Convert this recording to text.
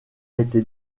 été